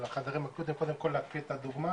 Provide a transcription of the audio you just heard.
או לחדורים אקוטיים קודם כל להקפיא את הדוגמא